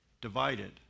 divided